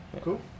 cool